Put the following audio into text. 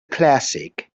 classic